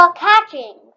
catching